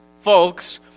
folks